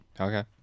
Okay